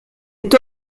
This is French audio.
est